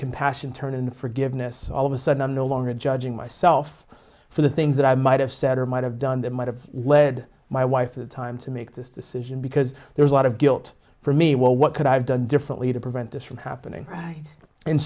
compassion turn in the forgiveness all of a sudden i'm no longer judging myself for the things that i might have said or might have done that might have led my wife to the time to make this decision because there's a lot of guilt for me well what could i have done differently to prevent this from happening